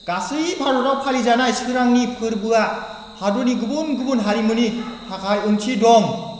गासै भारताव फालिजानाय सोरांनि फोरबोआ हादरनि गुबुन गुबुन हारिमुनि थाखाय ओंथि दं